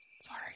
Sorry